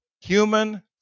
Human